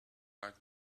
like